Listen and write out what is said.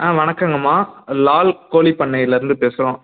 ஆ வணக்கங்கம்மா லால் கோலிப் பண்ணையிலேருந்து பேசுறோம்